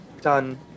done